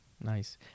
nice